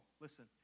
Listen